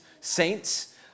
saints